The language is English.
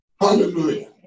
Hallelujah